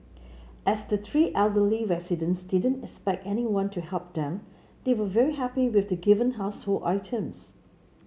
as the three elderly residents didn't expect anyone to help them they were very happy with the given household items